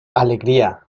alegría